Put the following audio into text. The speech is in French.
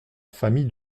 famille